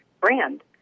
brand